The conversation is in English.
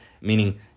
Meaning